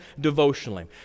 devotionally